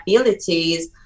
abilities